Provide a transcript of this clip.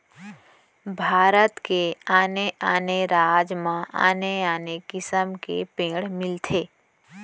भारत के आने आने राज म आने आने किसम के पेड़ मिलथे